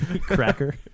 Cracker